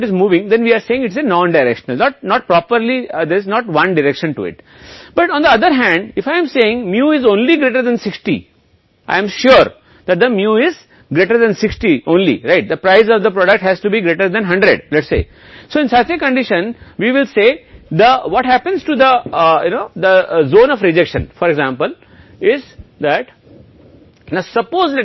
इसलिए μ या कोई μ≠60 मान लीजिए μ≠60 इसलिए यदि μ≠60 कि साधन μ 60 है या μ 60 से कम हो सकता है इसलिए यह 60 से अधिक हो सकता है या यह 60 हो सकता है यदि ऐसा है तो यह दोनों तरीके हैं तब हम कह रहे हैं कि यह एक गैर दिशात्मक है यह एक दिशा नहीं है लेकिन दूसरी तरफ अगर only केवल 60 हैं तो यकीन है कि μ only 60 है उत्पाद के लिए 100 है